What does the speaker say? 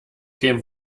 kein